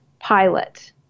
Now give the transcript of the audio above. pilot